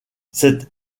cette